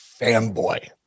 fanboy